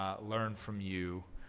ah learn from you,